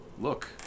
Look